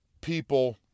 people